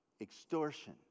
Extortion